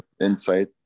insight